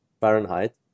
Fahrenheit